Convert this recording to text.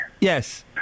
Yes